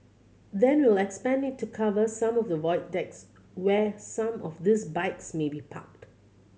then we'll expand it to cover some of the void decks where some of these bikes may be parked